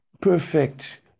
perfect